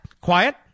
Quiet